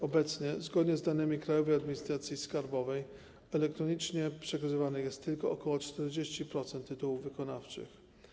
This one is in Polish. Obecnie, zgodnie z danymi Krajowej Administracji Skarbowej, drogą elektroniczną jest przekazywanych tylko ok. 40% tytułów wykonawczych.